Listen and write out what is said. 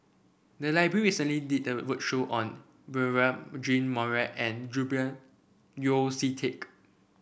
the library recently did a roadshow on Beurel Jean Marie and Julian Yeo See Teck